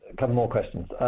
couple more questions.